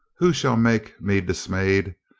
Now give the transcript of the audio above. who shall make me dismay'd?